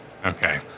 Okay